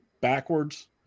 backwards